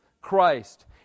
Christ